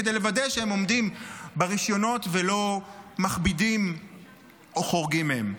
כדי לוודא שהם עומדים ברישיונות ולא מכבידים או חורגים מהם.